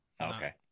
Okay